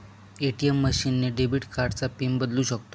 ATM machine ने debit कार्डचा PIN बदलू शकतो